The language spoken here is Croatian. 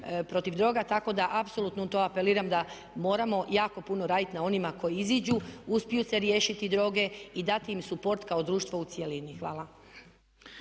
protiv droga. Tako da apsolutno to apeliram da moramo jako puno raditi na onima koji izađu, uspiju se riješiti droge i dati im support kao društvo u cjelini. Hvala.